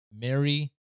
Mary